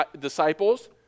disciples